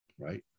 Right